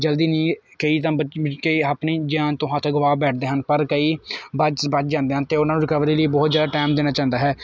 ਜਲਦੀ ਨਹੀਂ ਕਈ ਤਾਂ ਬ ਬੱਚੇ ਆਪਣੀ ਜਾਨ ਤੋਂ ਹੱਥ ਗਵਾਹ ਬੈਠਦੇ ਹਨ ਪਰ ਕਈ ਬਚ ਬੱਚ ਜਾਂਦੇ ਹਨ ਅਤੇ ਉਹਨਾਂ ਨੂੰ ਰਿਕਵਰੀ ਲਈ ਬਹੁਤ ਜ਼ਿਆਦਾ ਟਾਈਮ ਦੇਣਾ ਚਾਹੁੰਦਾ ਹੈ